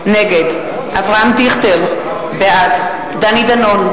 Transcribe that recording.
נגד אברהם דיכטר, בעד דני דנון,